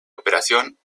operación